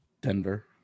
Denver